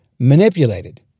manipulated